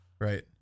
Right